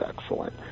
excellent